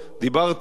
דיברת,